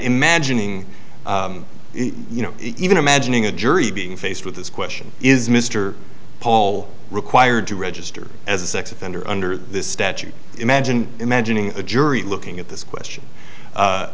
imagining you know even imagining a jury being faced with this question is mr paul required to register as a sex offender under this statute imagine imagining a jury looking at this question